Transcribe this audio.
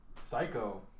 Psycho